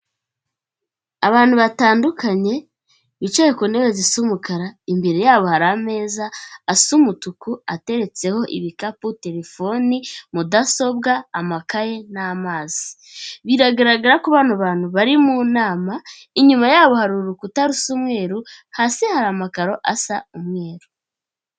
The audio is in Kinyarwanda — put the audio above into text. Abantu batandukanye bicaye ku ntebe zisa umukara imbere yabo hari ameza asa umutuku ateretseho ibikapu, terefoni, mudasobwa, amakaye n'amazi. Biragaragara ko bano bantu bari mu nama, inyuma yabo hari urukuta rusa umweru, hasi hari amakaro asa umweru.